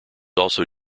also